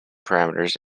parameters